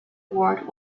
ward